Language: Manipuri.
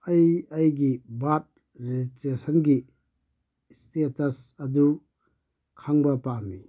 ꯑꯩ ꯑꯩꯒꯤ ꯕꯥꯔꯠ ꯔꯦꯖꯤꯁꯇ꯭ꯔꯦꯁꯟꯒꯤ ꯏꯁꯇꯦꯇꯁ ꯑꯗꯨ ꯈꯪꯕ ꯄꯥꯝꯃꯤ